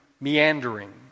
meandering